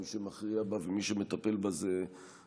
מי שמכריע בה ומי שמטפל בה זה הנציבות,